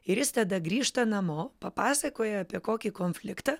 ir jis tada grįžta namo papasakoja apie kokį konfliktą